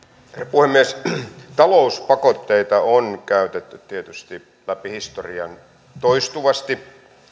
puhemies talouspakotteita on käytetty tietysti läpi historian toistuvasti